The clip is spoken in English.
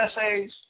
essays